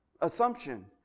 assumption